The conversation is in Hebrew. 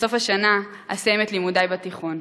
בסוף השנה אסיים את לימודי בתיכון.